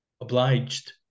obliged